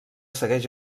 segueix